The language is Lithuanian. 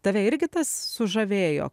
tave irgi tas sužavėjo